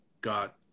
got